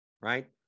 right